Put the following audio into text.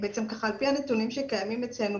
על פי הנתונים שקיימים אצלנו,